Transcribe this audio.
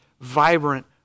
vibrant